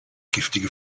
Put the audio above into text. giftige